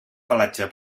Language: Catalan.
pelatge